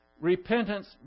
repentance